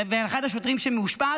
לאחד השוטרים שמאושפז,